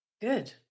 Good